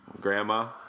Grandma